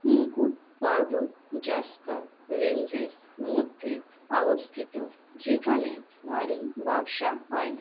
মুকুট পর্বত জাসকার রেঞ্জের মধ্যে অবস্থিত যেখানে ভারী বর্ষা হয় না